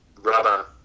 rubber